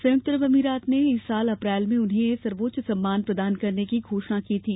संयुक्त अरब अमीरात ने इस साल अप्रैल में उन्हें यह सर्वोच्च सम्मान प्रदान करने की घोषणा की थी